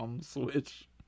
Switch